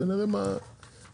ונראה מה יהיה.